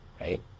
right